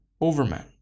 overman